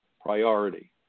priority